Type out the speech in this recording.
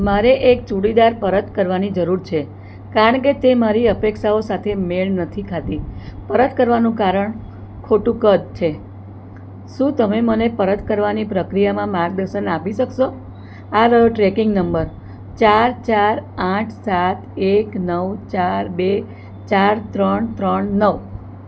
મારે એક ચૂડીદાર પરત કરવાની જરૂર છે કારણ કે તે મારી અપેક્ષાઓ સાથે મેળ નથી ખાતી પરત કરવાનું કારણ ખોટું કદ છે શું તમે મને પરત કરવાની પ્રક્રિયામાં માર્ગદર્શન આપી શકશો આ લો ટ્રેકિંગ નંબર ચાર ચાર આઠ સાત એક નવ ચાર બે ચાર ત્રણ ત્રણ નવ